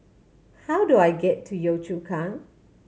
how do I get to Yio Chu Kang